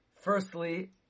Firstly